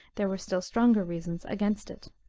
there were still stronger reasons against it.